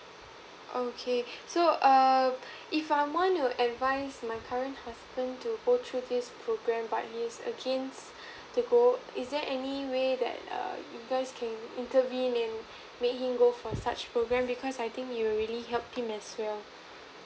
okay so err if I want to advise my current husband to go through this program but he against to go is there any way that err you guys can intervening and make him go first such program because I think it will really help him as well